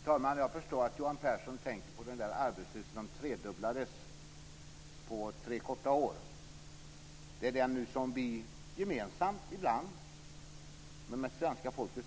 Fru talman! Jag förstår att Johan Pehrson tänker på den arbetslöshet som under tre korta år tredubblades. Det är den som vi nu, ibland gemensamt, med uppställning av svenska folket